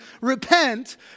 Repent